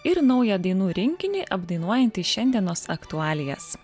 ir naują dainų rinkinį apdainuojantį šiandienos aktualijas